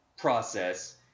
process